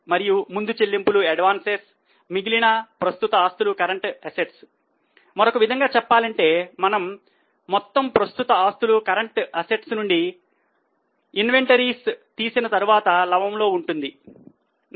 మనము 1